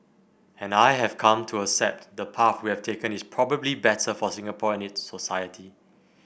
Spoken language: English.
and I have come to accept the path we've taken is probably better for Singapore and its society